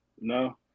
No